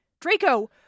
Draco